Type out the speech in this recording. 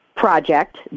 Project